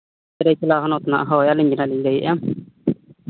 ᱥᱟᱹᱨᱟᱹᱭᱠᱮᱞᱞᱟ ᱦᱚᱱᱚᱛ ᱨᱮᱱᱟᱜ ᱦᱳᱭ ᱟᱹᱞᱤᱧ ᱜᱮᱦᱟᱸᱜ ᱞᱤᱧ ᱞᱟᱹᱭᱮᱜᱼᱟ